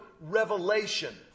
revelation